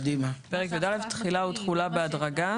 פרק י"א: תחילה ותחולה בהדרגה,